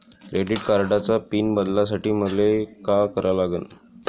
Credit कार्डाचा PIN बदलासाठी मले का करा लागन?